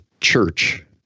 church